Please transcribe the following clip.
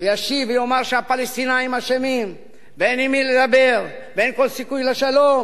וישיב ויאמר שהפלסטינים אשמים ואין עם מי לדבר ואין כל סיכוי לשלום.